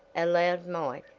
allowed mike,